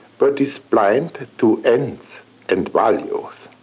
but is blind to ends and values.